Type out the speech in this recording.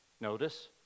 notice